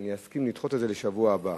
אסכים לדחות את זה לשבוע הבא,